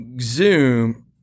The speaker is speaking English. Zoom